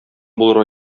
булырга